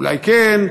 אולי כן,